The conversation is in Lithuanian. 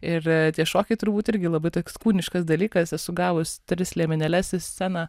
ir tie šokiai turbūt irgi labai toks kūniškas dalykas esu gavus tris liemenėles į sceną